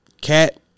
Cat